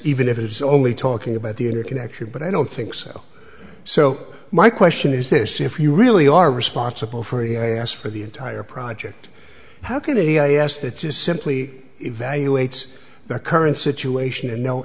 even if it's only talking about the interconnection but i don't think so so my question is this if you really are responsible for the i asked for the entire project how can it be i asked it's simply evaluates the current situation and no